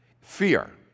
fear